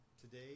today